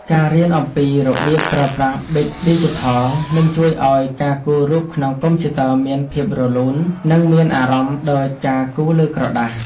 ការរៀនអំពីរបៀបប្រើប្រាស់ប៊ិចឌីជីថលនឹងជួយឱ្យការគូររូបក្នុងកុំព្យូទ័រមានភាពរលូន និង មានអារម្មណ៍ដូចការគូរលើក្រដាស។